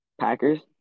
Packers